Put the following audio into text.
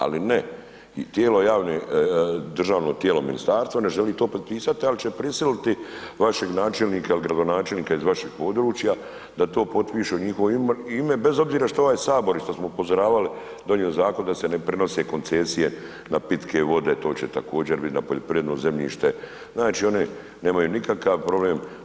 Ali ne, tijelo javne, državno tijelo, ministarstvo ne želi to prepisati ali će prisiliti vašeg načelnika ili gradonačelnika iz vašeg područja da to potpišu u njihovo ime bez obzira što ovaj Sabor i što smo upozoravali, donijeli zakon da se ne prenose koncesije na pitke vode, to će također biti na poljoprivredno zemljište, znači one nemaju nikakav problem.